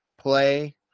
play